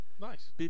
Nice